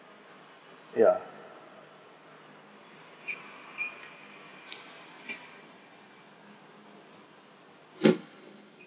yeah